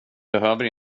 behöver